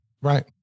Right